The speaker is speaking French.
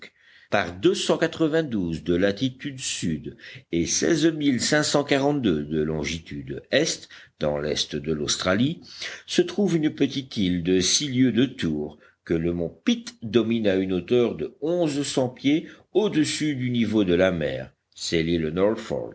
par de latitude sud et de longitude est dans l'est de l'australie se trouve une petite île de six lieues de tour que le mont pitt domine à une hauteur de onze cents pieds au-dessus du niveau de la mer c'est l'île